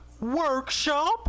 workshop